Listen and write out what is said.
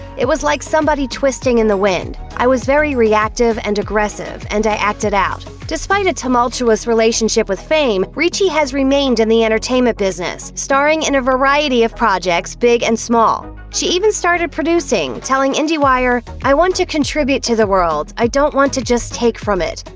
it was like somebody twisting in the wind. i was very reactive and aggressive and i acted out. despite a tumultuous relationship with fame, ricci has remained in the entertainment business, starring in a variety of projects big and small. she's even started producing, telling indiewire, i want to contribute to the world, i don't want to just take from it.